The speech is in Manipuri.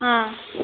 ꯑꯥ